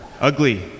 ugly